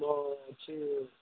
ମୁଁ ଅଛି